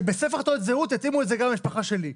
שבספח תעודת הזהות יתאימו את זה גם למשפחה שלי.